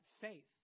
faith